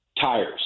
tires